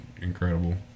incredible